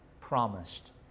promised